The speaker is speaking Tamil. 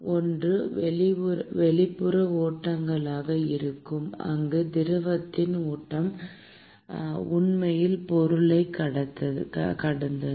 ஒன்று வெளிப்புற ஓட்டங்களாக இருக்கும் அங்கு திரவத்தின் ஓட்டம் உண்மையில் பொருளைக் கடந்தது